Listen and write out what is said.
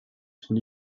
son